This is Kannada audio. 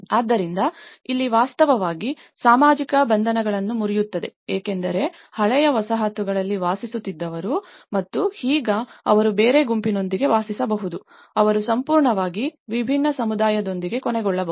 ಆದ್ದರಿಂದ ಇಲ್ಲಿ ವಾಸ್ತವವಾಗಿ ಸಾಮಾಜಿಕ ಬಂಧನಗಳನ್ನು ಮುರಿಯುತ್ತದೆ ಏಕೆಂದರೆ ಹಳೆಯ ವಸಾಹತುಗಳಲ್ಲಿ ವಾಸಿಸುತ್ತಿದ್ದವರು ಮತ್ತು ಈಗ ಅವರು ಬೇರೆ ಗುಂಪಿನೊಂದಿಗೆ ವಾಸಿಸಬಹುದು ಅವರು ಸಂಪೂರ್ಣವಾಗಿ ವಿಭಿನ್ನ ಸಮುದಾಯದೊಂದಿಗೆ ಕೊನೆಗೊಳ್ಳಬಹುದು